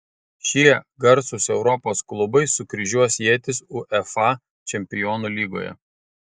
šie garsūs europos klubai sukryžiuos ietis uefa čempionų lygoje